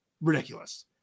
ridiculous